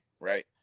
right